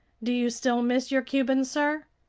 do you still miss your cubans, sir?